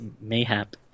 Mayhap